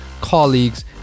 colleagues